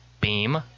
Beam